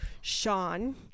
Sean